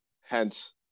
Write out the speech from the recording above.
hence